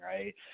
right